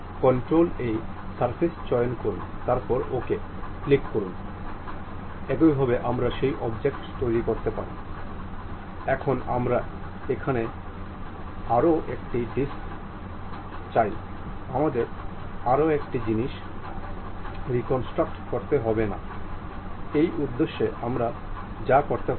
আমরা ফাইলের নাম হিসাবে এক্সপ্লোর করা নির্বাচন করব এবং আমরা এটি সেভ করব